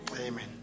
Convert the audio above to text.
Amen